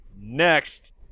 next